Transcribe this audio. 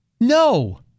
No